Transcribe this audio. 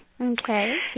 Okay